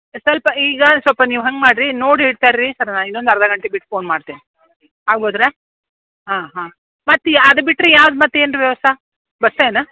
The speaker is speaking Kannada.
ಸ್ವಲ್ಪ ಈಗ ಸ್ವಲ್ಪ ನೀವು ಹಂಗೆ ಮಾಡಿರಿ ನೋಡಿ ಇಡ್ತಾರ್ರೀ ಸರ್ ನಾನು ಇನ್ನೊಂದು ಅರ್ಧ ಗಂಟೆ ಬಿಟ್ಟು ಫೋನ್ ಮಾಡ್ತೇನೆ ಆಗ್ಬೋದಾ ಹಾಂ ಹಾಂ ಮತ್ತೆ ಯಾವ ಅದು ಬಿಟ್ರೆ ಯಾವ್ದು ಮತ್ತೆ ಏನ್ರ ವ್ಯವಸ್ಥೆ ಬಸ್ಸ ಏನು